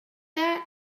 that